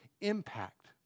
impact